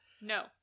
No